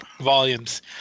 volumes